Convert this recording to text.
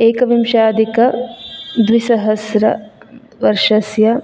एकविंशाधिकद्विसहस्रवर्षस्य